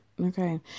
Okay